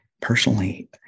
personally